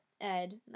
ed